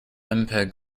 mpeg